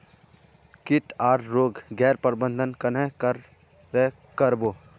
किट आर रोग गैर प्रबंधन कन्हे करे कर बो?